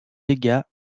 véga